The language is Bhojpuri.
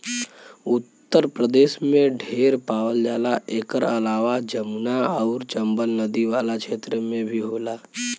उत्तर प्रदेश में ढेर पावल जाला एकर अलावा जमुना आउर चम्बल नदी वाला क्षेत्र में भी होला